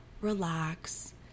relax